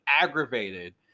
aggravated